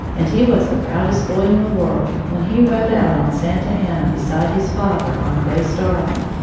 and he was the proudest boy in the world when he rode out on santa anna beside his father on grace darling.